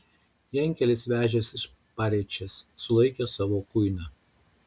jankelis vežęs iš pariečės sulaikė savo kuiną